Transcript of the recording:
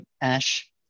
Ash